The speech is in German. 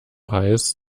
heiß